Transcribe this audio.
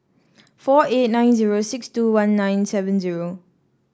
four eight nine zero six two one nine seven zero